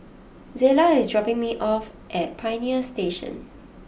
Zela is dropping me off at Pioneer Station